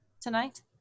tonight